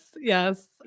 Yes